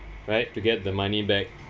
right to get the money back